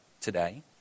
today